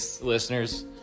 listeners